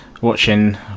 watching